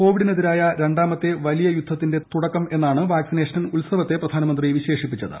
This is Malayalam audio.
കോവിഡിനെതിരായ രണ്ടാമത്തെ വലിയ യുദ്ധത്തിന്റെ തുടക്കമെന്നാണ് വാക്സിനേഷൻ ഉത്സവത്തെ പ്രധാനമന്ത്രി വിശേഷിപ്പിച്ചത്